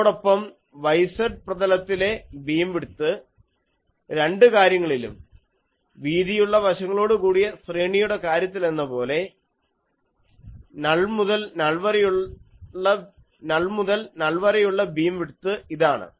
അതോടൊപ്പം y z പ്രതലത്തിലെ beam width രണ്ടു കാര്യങ്ങളിലും വീതിയുള്ള വശങ്ങളോടു കൂടിയ ശ്രേണിയുടെ കാര്യത്തിലെന്നപോലെ നൾ മുതൽ നൾ വരെയുള്ള ബീം വിഡ്ത്ത് ഇതാണ്